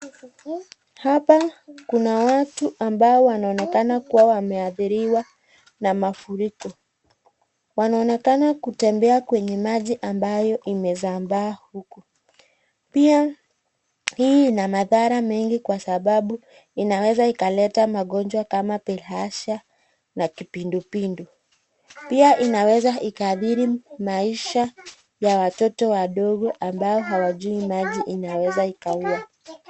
Hapa kuna watu ambao wanaonekana kuwa wameadhiriwa na mafuriko. Wanaonekana kutembea kwenye maji ambayo imesambaa huku. Pia, hii ina madhara mengi kwa sababu inaweza ikaleta magonjwa kama bilhazia na kipindupindu. Pia, inaweza ikaathiri maisha ya watoto wadogo ambao hawajui maji inaweza ikaua.